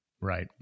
Right